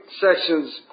sections